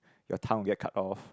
your tongue will get cut off